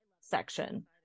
section